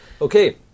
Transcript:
Okay